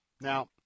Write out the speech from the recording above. Now